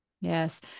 Yes